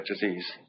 disease